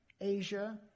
Asia